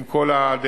עם כל הדאגה,